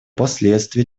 последствия